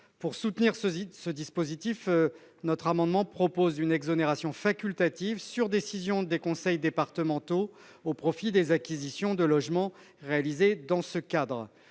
Pour soutenir ce dispositif, notre amendement vise à instaurer une exonération facultative, soumise à décision des conseils départementaux, pour les acquisitions de logements réalisées dans ce cadre.